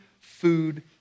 food